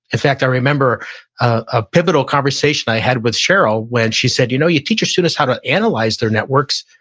in fact, i remember a pivotal conversation i had with cheryl when she said, you know you teach our students how to analyze their networks.